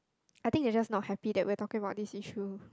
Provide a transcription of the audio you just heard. I think they just not happy that we are talking about this issue